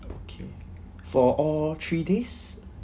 okay for all three days